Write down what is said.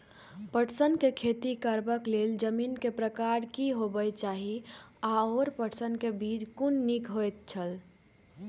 पटसन के खेती करबाक लेल जमीन के प्रकार की होबेय चाही आओर पटसन के बीज कुन निक होऐत छल?